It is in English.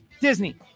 Disney